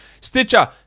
Stitcher